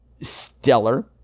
stellar